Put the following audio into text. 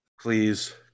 please